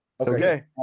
Okay